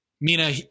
Mina